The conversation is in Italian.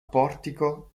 portico